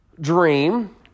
dream